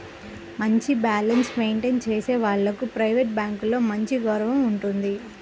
మంచి balance maintain చేసే వాళ్లకు ప్రైవేట్ బ్యాంకులలో మంచి గౌరవం ఉంటుంది